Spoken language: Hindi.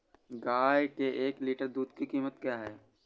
गाय के एक लीटर दूध की कीमत क्या है?